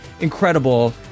incredible